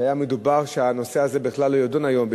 שהיה מדובר שהנושא הזה בכלל לא יידון היום,